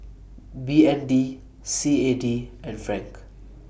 B N D C A D and Franc